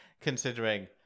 Considering